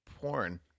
porn